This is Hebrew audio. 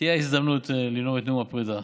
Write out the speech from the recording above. תהיה הזדמנות לנאום את נאום הפרדה.